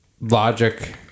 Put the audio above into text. Logic